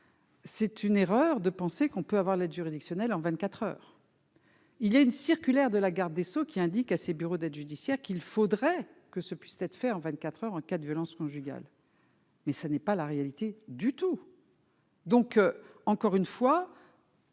C'est une erreur de penser qu'on peut avoir l'aide juridictionnelle en 24 heures. Il y a une circulaire de la garde des sceaux qui indique à ses bureaux d'aide judiciaire qu'il faudrait que ce puisse être fait en 24 heures en cas de violence conjugale. Mais ce n'est pas la réalité du tout. Donc, encore une fois.